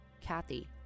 Kathy